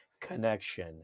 connection